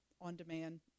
on-demand